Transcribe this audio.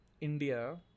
India